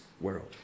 world